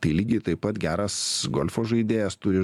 tai lygiai taip pat geras golfo žaidėjas turi